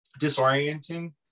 disorienting